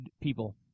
people